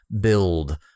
build